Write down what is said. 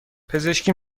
پزشکی